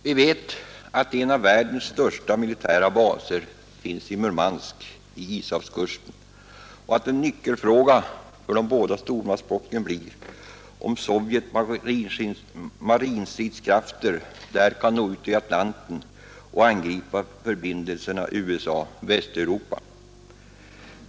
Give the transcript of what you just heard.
Vi vet att en av världens största militära baser finns i Murmansk vid Ishavskusen och att en nyckelfråga för de båda stormaktsblocken blir om Sovjetunionens marinstridskrafter där kan nå ut i Atlanten och angripa förbindelserna USA Västeuropa.